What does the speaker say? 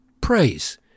praise